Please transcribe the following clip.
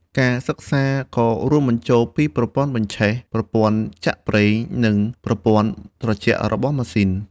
ការសិក្សាក៏រួមបញ្ចូលពីប្រព័ន្ធបញ្ឆេះ ប្រព័ន្ធចាក់ប្រេងនិងប្រព័ន្ធត្រជាក់របស់ម៉ាស៊ីន។